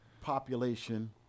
population